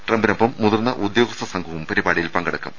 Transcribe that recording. ട്രംപിനൊപ്പം മുതിർന്ന ഉദ്യോഗസ്ഥ സംഘവും പരിപാടിയിൽ പങ്കെടുക്കും